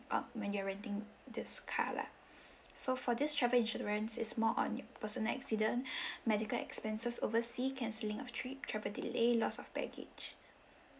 um when you are renting this car lah so for this travel insurance it's more on your personal accident medical expenses oversea cancelling of trip travel delay loss of baggage